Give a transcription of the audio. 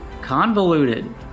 convoluted